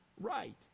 right